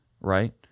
right